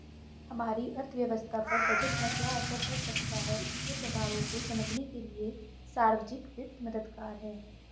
हमारी अर्थव्यवस्था पर बजट का क्या असर पड़ सकता है इसके प्रभावों को समझने के लिए सार्वजिक वित्त मददगार है